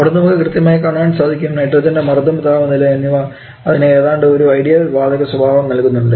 അവിടെ നമുക്ക് കൃത്യമായി കാണുവാൻ സാധിക്കും നൈട്രജൻൻറെ മർദ്ദം താപനില എന്നിവ അതിന് ഏതാണ്ട് ഒരു ഒരു ഐഡിയൽ വാതകസ്വഭാവം നൽകുന്നുണ്ട്